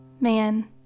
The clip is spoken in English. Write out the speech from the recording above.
man